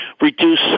reduce